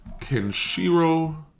Kenshiro